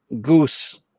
goose